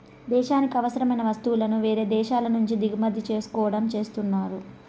దేశానికి అవసరమైన వస్తువులను వేరే దేశాల నుంచి దిగుమతి చేసుకోవడం చేస్తున్నారు